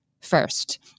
first